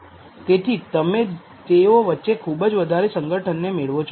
તેથી તમે તેઓ વચ્ચે ખુબજ વધારે સંગઠનને મેળવો છો